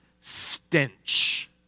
Stench